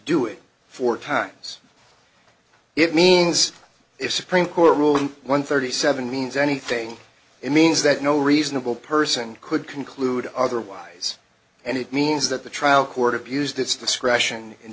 do it four times it means if supreme court ruling one thirty seven means anything it means that no reasonable person could conclude otherwise and it means that the trial court abused its discretion in